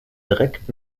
direkt